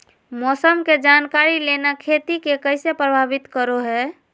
मौसम के जानकारी लेना खेती के कैसे प्रभावित करो है?